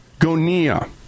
Gonia